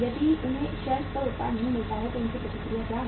यदि उन्हें शेल्फ पर उत्पाद नहीं मिलता है तो उनकी प्रतिक्रिया क्या है